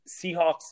Seahawks